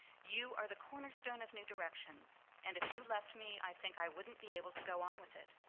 you are the cornerstone of new directions, and if you left me i think i wouldn't be able to go on with it.